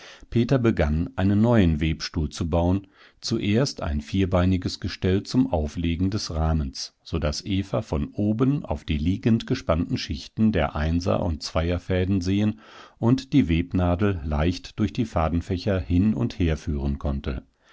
peter begann einen neuen webstuhl zu bauen zuerst ein vierbeiniges gestell zum auflegen des rahmens so daß eva von oben auf die liegend gespannten schichten der einser und zweierfäden sehen und die webnadel leicht durch die fadenfächer hin und her führen konnte